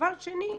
דבר שני,